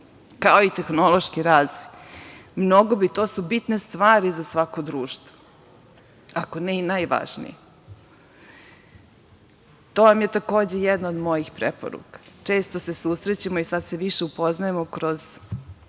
kao i tehnološki razvoj. To su bitne stvari za svako društvo, ako ne i najvažnije. To vam je takođe jedna od mojih preporuka. Često se susrećemo i sada se više upoznajemo kroz